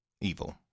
evil